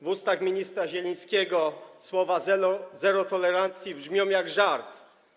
W ustach ministra Zielińskiego słowa „zero tolerancji” brzmią jak żart.